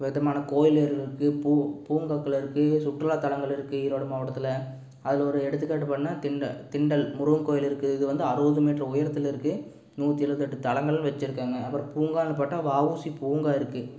விதமான கோயில்கள் இருக்குது பூ பூங்காக்கள் இருக்குது சுற்றுலாத்தலங்கள் இருக்குது ஈரோடு மாவட்டத்தில் அதில் ஒரு எடுத்துக்காட்டு பண்ண திண்ட திண்டல் முருகன் கோயில் இருக்குது இது வந்து அறுபது மீட்டர் உயரத்தில் இருக்குது நூற்றி எழுவத்தெட்டு தலங்களும் வச்சுருக்காங்க அப்புறம் பூங்கான்னு பார்த்தா வஉசி பூங்கா இருக்குது